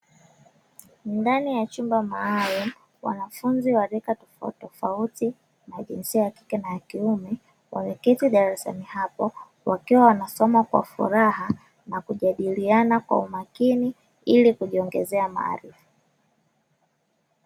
Ndani ya chumba maalumu wanafunzi waleta tofauti na jinsia ya kike na ya kiume wawekete darasani hapo wakiwa wanasoma kwa furaha na kujadiliana kwa umakini ili kujiongezea maarifa.